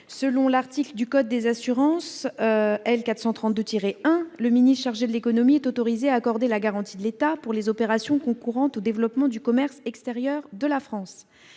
de l'article L. 432-1 du code des assurances, « le ministre chargé de l'économie est autorisé à accorder la garantie de l'État, pour les opérations concourant au développement du commerce extérieur de la France